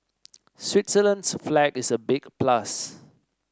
Switzerland's flag is a big plus